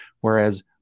whereas